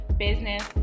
business